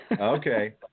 Okay